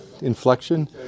Inflection